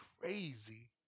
crazy